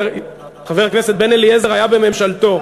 חבר הכנסת בן-אליעזר היה בממשלתו.